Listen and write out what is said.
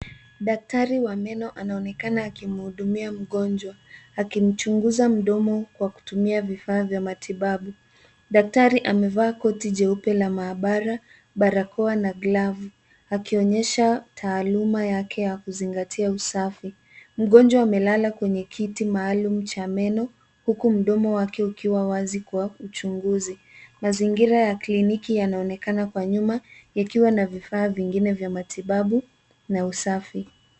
Daktari wa meno anaonekana akimhudumia mgonjwa akimchunguza mdomo kwa kutumia vifaa vya matibabu. Daktari amevaa koti jeupe la maabara, barakoa na glavu akionyesha taaluma yake ya kuzingatia usafi. Mgonjwa amelala kwenye kiti maalumu cha meno huku mdomo wake ukiwa wazi kwa uchunguzi. Mazingira ya kliniki yanaonekana kwa nyuma yakiwa na vifaa vingine vya matibabu na usafi.